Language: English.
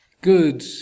good